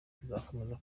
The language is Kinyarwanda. tuzakomeza